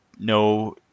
no